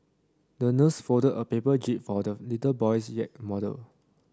the nurse folded a paper jib for the little boy's yacht model